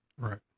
Right